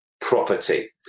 property